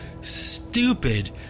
stupid